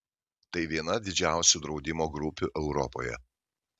tai viena didžiausių draudimo grupių europoje